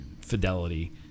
fidelity